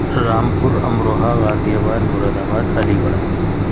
Rampur Amroha Ghaziabad Moradabad Ali Garh